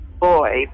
boy